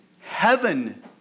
heaven